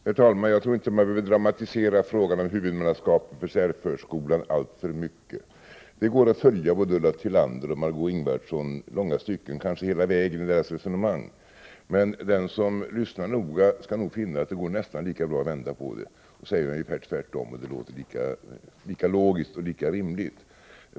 Herr talman! Jag tror inte att man behöver dramatisera frågan om huvudmannaskapet för särförskolan alltför mycket. Det går att följa både Ulla Tillander och Margé Ingvardsson i långa stycken av deras resonemang, kanske hela vägen. Men den som lyssnar noga skall nog finna att det går nästan lika bra att vända på det. Säger man ungefär tvärtom låter det lika logiskt och rimligt.